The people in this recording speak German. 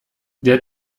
der